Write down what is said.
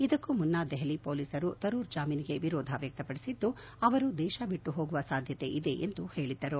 ಇದಕ್ಕೂ ಮುನ್ನ ದೆಹಲಿ ಪೊಲೀಸರು ತರೂರ್ ಜಾಮೀನಿಗೆ ವಿರೋಧ ವ್ಯಕ್ತಪಡಿಸಿದ್ದು ಅವರು ದೇಶ ಬಿಟ್ಟು ಹೋಗುವ ಸಾಧ್ಯತೆ ಇದೆ ಎಂದು ಹೇಳಿದ್ದರು